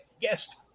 guest